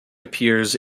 appears